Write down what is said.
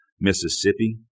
Mississippi